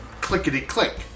clickety-click